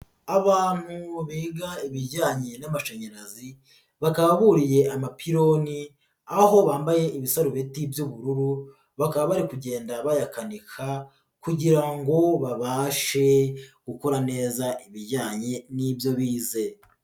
Abantu biga ibijyanye n'amashanyarazi bakaba buriye amapironi, aho bambaye ibisarubeti by'ubururu bakaba bari kugenda bayakanika kugira ngo babashe gukora neza ibijyanye n'ibyo bize.